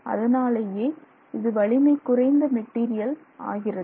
அதனாலேயே இது வலிமை குறைந்த மெட்டீரியல் ஆகிறது